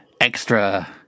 extra